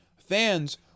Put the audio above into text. Fans